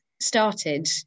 started